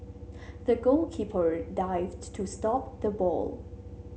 the goalkeeper dived to stop the ball